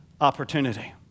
Opportunity